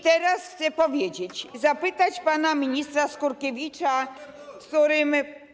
Teraz chcę powiedzieć, zapytać pana ministra Skurkiewicza, z którym.